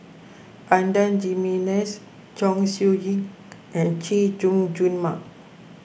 Adan Jimenez Chong Siew Ying and Chay Jung Jun Mark